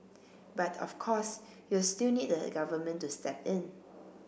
but of course you'll still need the Government to step in